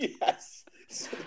Yes